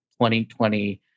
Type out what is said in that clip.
2020